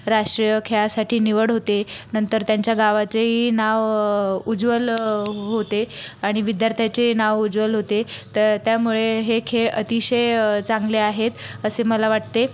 राष्ट्रीय खेळासाठी निवड होते नंतर त्यांचा गावाचेही नाव उज्वल होते आणि विद्यार्थ्याचे नाव उज्वल होते तर त्यामुळे हे खेळ अतिशय चांगले आहेत असे मला वाटते